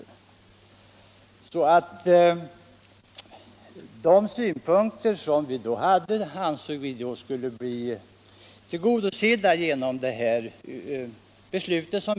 Vi ansåg att de synpunkter vi hade skulle vara tillgodosedda genom detta beslut.